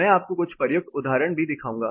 मैं आपको कुछ प्रयुक्त उदाहरण भी दिखाऊंगा